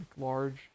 large